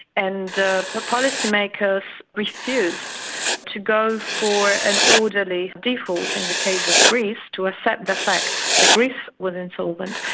and the policymakers refused to go for an orderly default in the case of greece, to accept the fact that greece was insolvent.